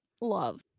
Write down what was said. love